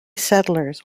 settlers